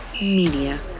Media